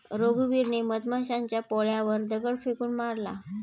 रघुवीरने मधमाशांच्या पोळ्यावर दगड फेकून मारला